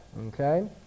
Okay